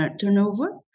turnover